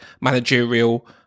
managerial